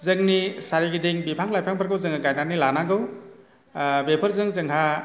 जोंनि सारिगिदिं बिफां लाइफांफोरखौ जों गायनानै लानांगौ बेफोरजों जोंहा